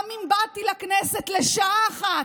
גם אם באתי לכנסת לשעה אחת,